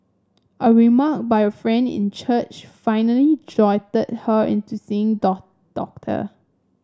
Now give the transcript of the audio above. a remark by a friend in church finally jolted her into seeing doctor